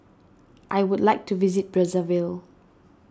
I would like to visit Brazzaville